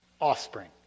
offspring